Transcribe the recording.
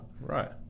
Right